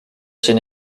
zin